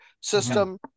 system